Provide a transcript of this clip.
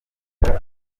abantu